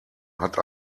hat